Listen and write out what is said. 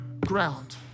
ground